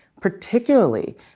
particularly